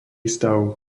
stav